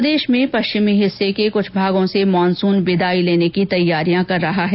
प्रदेश में पश्चिमी हिस्से के कुछ भागों से मानसून विदाई लेने की तैयारियां कर रहा है